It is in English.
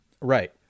Right